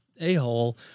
a-hole